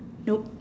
nope